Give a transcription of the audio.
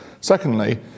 Secondly